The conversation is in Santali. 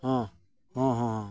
ᱦᱮᱸ ᱦᱮᱸ ᱦᱮᱸ